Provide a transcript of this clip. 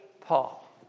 Paul